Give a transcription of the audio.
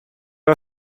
are